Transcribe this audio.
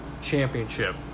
Championship